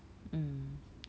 mm